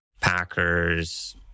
Packers